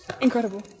Incredible